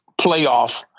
playoff